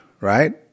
right